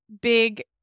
big